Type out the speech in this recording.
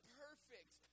perfect